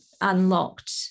unlocked